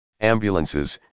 ambulances